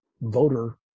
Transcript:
voter